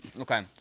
Okay